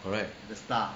correct